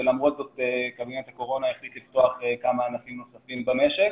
ולמרות זאת קבינט הקורונה החליט לפתוח כמה ענפים נוספים במשק.